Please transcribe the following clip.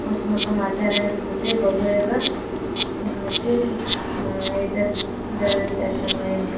अस्माकम् आचार्याणां कृते बहु एव किम् एतद् ददन्ती आसन् वयम्